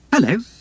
Hello